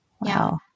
Wow